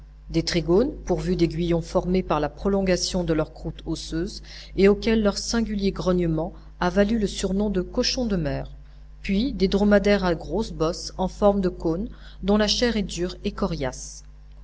des trigones pourvus d'aiguillons formés par la prolongation de leur croûte osseuse et auxquels leur singulier grognement a valu le surnom de cochons de mer puis des dromadaires à grosses bosses en forme de cône dont la chair est dure et coriace